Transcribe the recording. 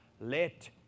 let